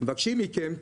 מבקשים מכם,